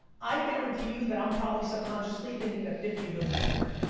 i guarantee you that i'm probably subconsciously thinking that fifty of those are twitter.